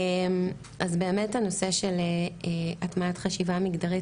אז באמת הנושא של הטמעת חשיבה מגדרית